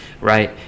right